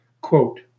quote